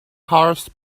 horse